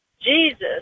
Jesus